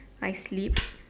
I sleep